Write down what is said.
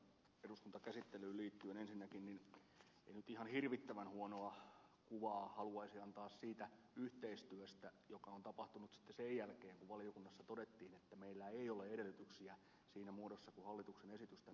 ensinnäkään en nyt ihan hirvittävän huonoa kuvaa haluaisi antaa siitä yhteistyöstä joka on tapahtunut sen jälkeen kun valiokunnassa todettiin että meillä ei ole edellytyksiä viedä lakia eteenpäin siinä muodossa missä hallituksen esitys tänne tuotiin